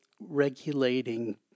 regulating